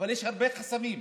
אבל יש הרבה חסמים.